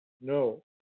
No